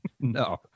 No